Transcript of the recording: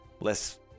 Less